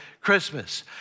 Christmas